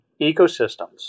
ecosystems